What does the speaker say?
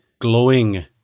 glowing